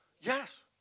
Yes